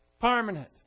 permanent